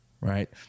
right